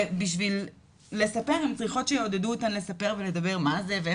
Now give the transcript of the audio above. ובשביל לספר הן צריכות שיעודדו אותן לספר ולדבר מה זה ואיך?